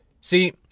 See